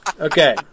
Okay